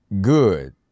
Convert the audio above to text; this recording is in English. good